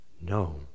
No